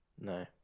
no